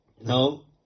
No